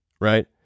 right